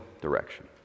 direction